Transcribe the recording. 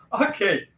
Okay